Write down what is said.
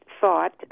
thought